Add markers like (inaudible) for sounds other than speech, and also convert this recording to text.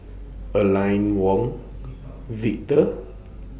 Aline Wong (noise) Victor